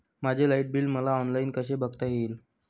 माझे light bill मला online कसे बघता येईल?